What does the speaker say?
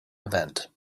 event